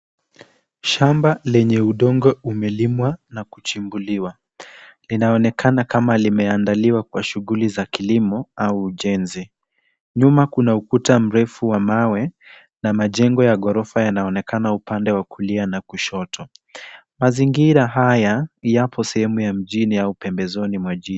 Shamba lenye udongo umelimwa na kuchimbuliwa. Linaonekana kama limeandaliwa kwa shughuli za kilimo au ujenzi. Nyuma kuna ukuta mrefu wa mawe na majengo ya ghorofa yanaonekana upande wa kulia na kushoto. Mazingira haya yapo sehemu ya mjini au pembezoni mwa jiji.